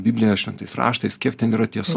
biblija šventais raštais kiek ten yra tieso